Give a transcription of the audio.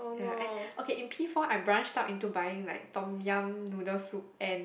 ya and okay in P four I branched out into buying Tom-Yum noodle soup and